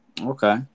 Okay